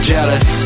Jealous